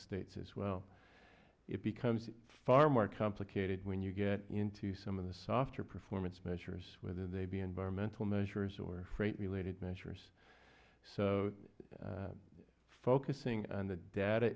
states as well it becomes far more complicated when you get into some of the softer performance measures whether they be environmental measures or freight related measures so focusing on the data